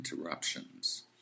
interruptions